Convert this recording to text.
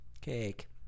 cake